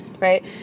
Right